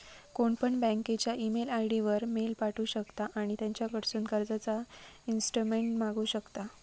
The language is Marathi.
कोणपण बँकेच्या ईमेल आय.डी वर मेल पाठवु शकता आणि त्यांच्याकडून कर्जाचा ईस्टेटमेंट मागवु शकता